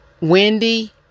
Wendy